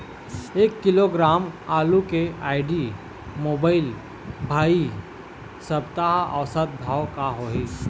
एक किलोग्राम आलू के आईडी, मोबाइल, भाई सप्ता औसत भाव का होही?